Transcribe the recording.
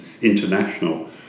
international